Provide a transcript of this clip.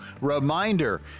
Reminder